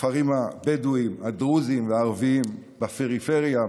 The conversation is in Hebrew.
בכפרים הבדואיים, הדרוזיים והערביים, בפריפריה,